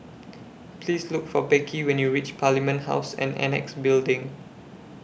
Please Look For Becky when YOU REACH Parliament House and Annexe Building